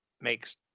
makes